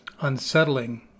unsettling